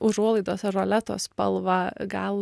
užuolaidose roleto spalvą gal